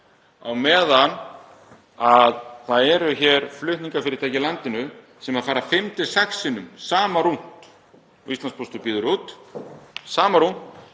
á meðan það eru hér flutningafyrirtæki í landinu sem fara fimm til sex sinnum sama rúnt og Íslandspóstur býður út, sama rúnt,